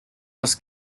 was